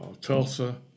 Tulsa